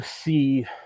see